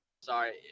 sorry